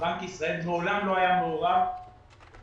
בנק ישראל מעולם לא היה מעורב בפעילות